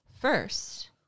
first